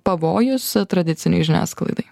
pavojus tradicinei žiniasklaidai